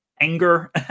anger